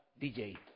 DJ